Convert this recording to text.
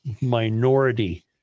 Minority